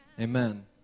Amen